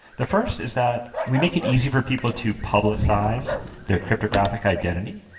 the first is that we make it easy for people to publicize their cryptographic identity,